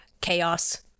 chaos